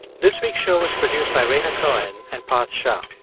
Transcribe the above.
this week's show was produced by rhaina cohen and parth shah.